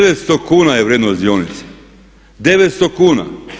900 kuna je vrijednost dionica, 900 kuna.